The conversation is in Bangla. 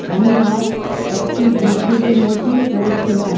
আমি আজ একটি দুর্যোগের মধ্যে পড়েছিলাম